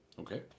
Okay